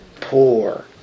poor